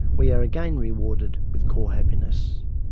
we are again rewarded with core happiness.